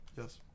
Yes